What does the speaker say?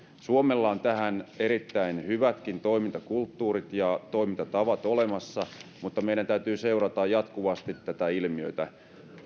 suomella on tähän erittäin hyvätkin toimintakulttuurit ja toimintatavat olemassa mutta meidän täytyy seurata jatkuvasti tätä ilmiötä